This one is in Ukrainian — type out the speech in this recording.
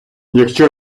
якщо